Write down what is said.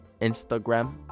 Instagram